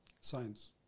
science